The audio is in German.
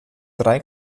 drei